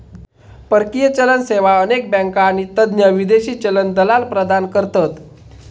परकीय चलन सेवा अनेक बँका आणि तज्ञ विदेशी चलन दलाल प्रदान करतत